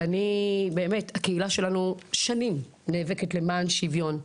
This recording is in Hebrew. הקהילה שלנו שנים נאבקת למען שוויון.